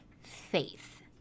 faith